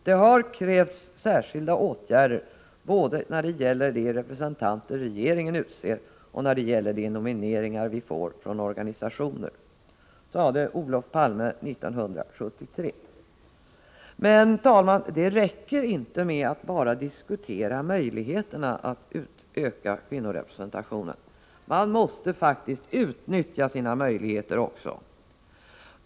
Det har krävts särskilda åtgärder både när det gäller de representanter regeringen utser och när det gäller de nomineringar vi får från organisationer.” Men, herr talman, det räcker inte med att bara diskutera möjligheterna att öka kvinnorepresentationen. Man måste faktiskt utnyttja sina möjligheter också.